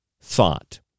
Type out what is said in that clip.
thought